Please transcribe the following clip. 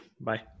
Bye